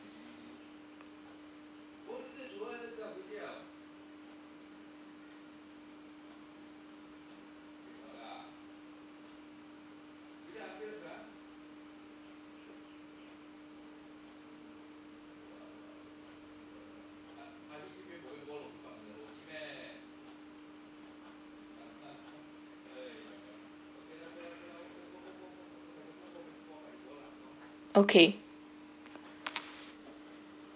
okay